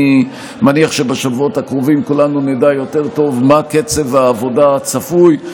אני מניח שבשבועות הקרובים כולנו נדע יותר טוב מה קצב העבודה הצפוי,